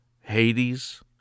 Hades